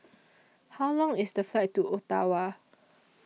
How Long IS The Flight to Ottawa